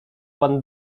pan